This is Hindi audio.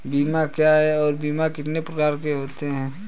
बीमा क्या है और बीमा कितने प्रकार का होता है?